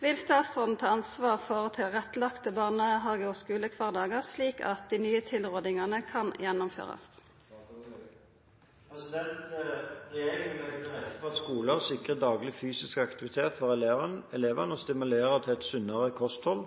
Vil statsråden ta ansvar for tilrettelagd barnehage- og skulekvardag slik at dei nye tilrådingane frå Helsedirektoratet kan gjennomførast?» Regjeringen vil legge til rette for at skoler sikrer daglig fysisk aktivitet for elevene og stimulerer til et sunnere kosthold.